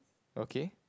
okay